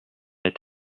est